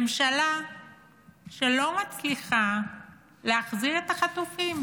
ממשלה שלא מצליחה להחזיר את החטופים.